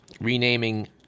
renaming